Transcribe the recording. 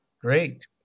Great